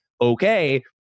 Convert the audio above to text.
okay